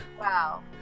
wow